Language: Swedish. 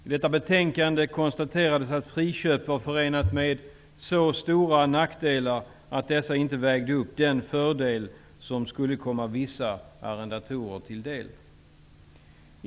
I detta betänkande konstaterades att friköp var förenat med så stora nackdelar att dessa inte vägde upp den fördel som skulle komma vissa arrendatorer till del.